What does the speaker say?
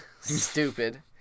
stupid